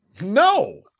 No